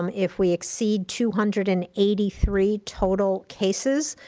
um if we exceed two hundred and eighty three total cases,